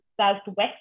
southwest